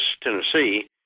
Tennessee